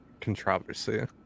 Controversy